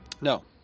No